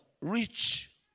rich